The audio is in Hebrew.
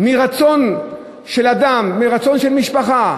נישואין מרצון של אדם, מרצון של משפחה,